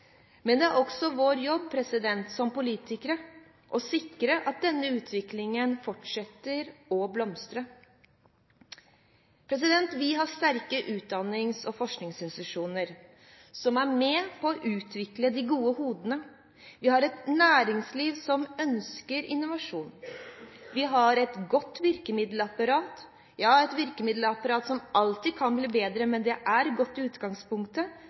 Men det er også vår jobb som politikere å sikre at denne utviklingen fortsetter å blomstre. Vi har sterke utdannings- og forskningsinstitusjoner som er med på å utvikle de gode hodene. Vi har et næringsliv som ønsker innovasjon, og vi har et godt virkemiddelapparat – et virkemiddelapparat som alltid kan bli bedre, men det er godt i utgangspunktet